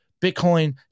Bitcoin